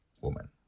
woman